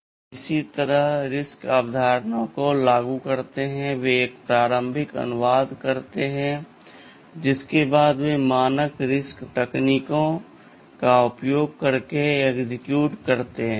इसलिए वे किसी तरह RISC अवधारणा को लागू करते हैं वे एक प्रारंभिक अनुवाद करते हैं जिसके बाद वे मानक RISC तकनीकों का उपयोग करके एक्सेक्यूट करते हैं